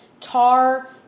tar